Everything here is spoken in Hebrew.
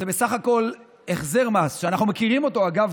זה בסך הכול החזר מס שאנחנו מכירים, אגב.